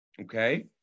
okay